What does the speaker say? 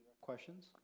questions